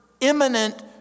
imminent